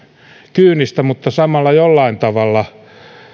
kyynistä mutta samalla jollain tavalla